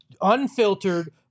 unfiltered